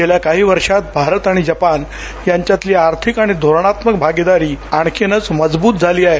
गेल्या काही वर्षात भारत आणि जपान यांच्यातील आर्थिक आणि धोरणात्मक भागिदारी आणखिनचं मजवूत झाली आहे